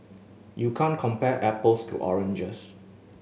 you can't compare apples to oranges